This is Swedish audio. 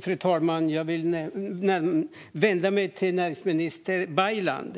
Fru talman! Jag vill vända mig till näringsminister Baylan.